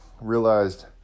realized